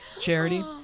Charity